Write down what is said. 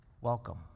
Welcome